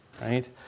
right